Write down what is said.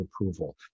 approval